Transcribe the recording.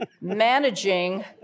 managing